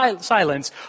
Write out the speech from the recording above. silence